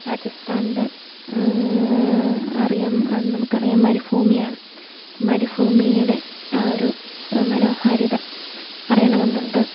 രാജസ്ഥാൻ്റെ അറിയാം നമുക്ക് അറിയാം മരുഭൂമിയാണ് അപ്പം മരുഭൂമീടെ ആ ഒരു മനോഹാരിത അറിയണം എന്നുണ്ട്